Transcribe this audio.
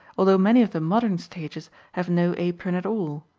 although many of the modern stages have no apron at all,